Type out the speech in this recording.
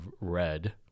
red